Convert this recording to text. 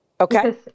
Okay